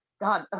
god